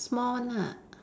small one lah